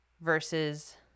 versus